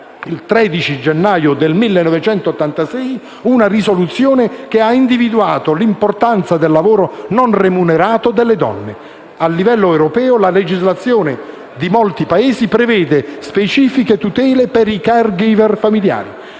ha invece approvato una risoluzione che ha individuato l'importanza del lavoro non remunerato delle donne. A livello europeo, la legislazione di molti Paesi prevede specifiche tutele per i *caregiver* familiari,